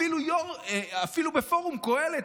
אפילו בפורום קהלת,